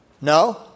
No